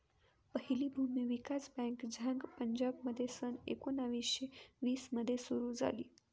पहिली भूमी विकास बँक झांग पंजाबमध्ये सन एकोणीसशे वीस मध्ये सुरू झाली